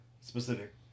specific